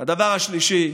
הדבר השלישי,